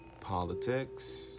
politics